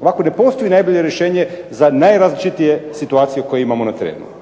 Ovako ne postoji najbolje rješenje za najrazličitije situacije koje imamo na terenu.